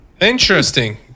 Interesting